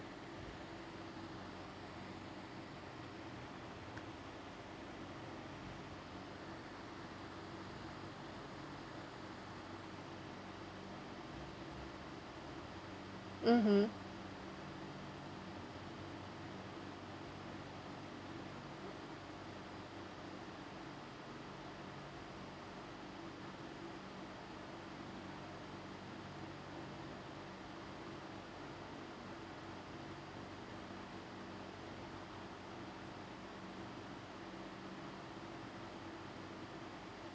mmhmm